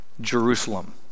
Jerusalem